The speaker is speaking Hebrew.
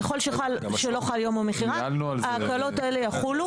ככל שלא חל יום המכירה ההקלות הללו יחולו.